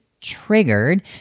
triggered